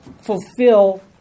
fulfill